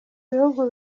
bihugu